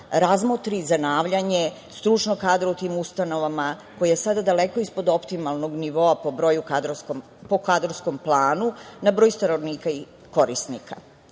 razmotri zanavljanje stručnog kadra u tim ustanovama ko je sada daleko ispod optimalnog nivoa po kadrovskom planu na broj stanovnika i korisnika. Napominjem